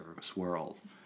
swirls